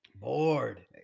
bored